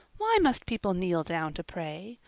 why must people kneel down to pray?